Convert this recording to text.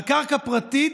על קרקע פרטית,